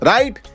Right